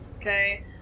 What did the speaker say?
Okay